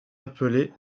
appeler